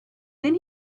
then